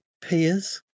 peers